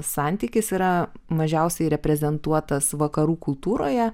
santykis yra mažiausiai reprezentuotas vakarų kultūroje